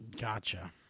Gotcha